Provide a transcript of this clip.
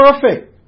perfect